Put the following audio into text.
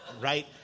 right